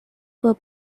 were